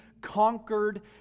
conquered